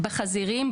בחזירים,